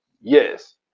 Yes